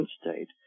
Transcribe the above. state